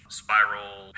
spiral